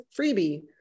freebie